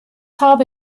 habe